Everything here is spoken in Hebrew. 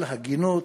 על הגינות,